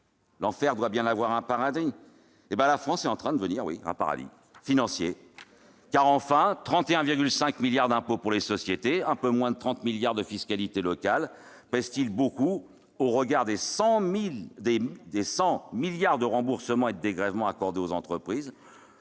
l'enfer doit bien avoir un paradis. Oui, la France est en train de devenir un paradis, un paradis financier. En effet, 31,5 milliards d'euros d'impôt sur les sociétés et un peu moins de 30 milliards d'euros de fiscalité locale pèsent-ils beaucoup au regard des 100 milliards d'euros de remboursements et dégrèvements accordés aux entreprises,